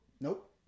Nope